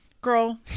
girl